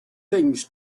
things